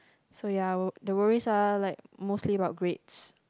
so ya the worries are like mostly about grades